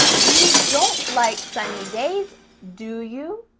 you don't like sunny days do you?